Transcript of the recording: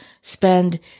spend